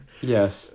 yes